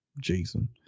jason